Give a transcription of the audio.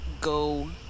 go